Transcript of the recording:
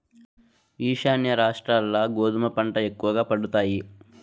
ఈశాన్య రాష్ట్రాల్ల గోధుమ పంట ఎక్కువగా పండుతాయి